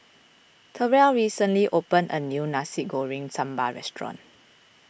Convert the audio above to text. Terrell recently opened a new Nasi Goreng Sambal Restaurant